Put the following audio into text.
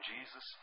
Jesus